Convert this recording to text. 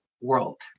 world